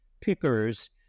pickers